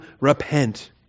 repent